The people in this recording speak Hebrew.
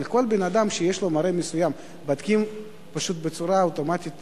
אבל כל אדם שיש לו מראה מסוים בודקים פשוט בצורה אוטומטית,